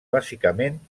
bàsicament